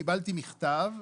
קיבלתי מכתב,